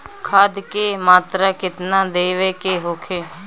खाध के मात्रा केतना देवे के होखे?